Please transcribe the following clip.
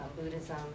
Buddhism